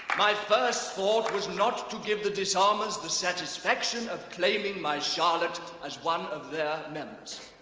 my first thought was not to give the disarmers the satisfaction of claiming my charlotte as one of their members